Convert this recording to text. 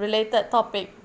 related topic